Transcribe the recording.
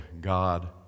God